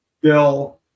Bill